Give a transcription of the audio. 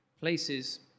places